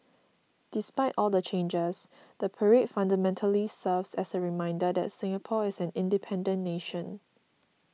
despite all the changes the parade fundamentally serves as a reminder that Singapore is an independent nation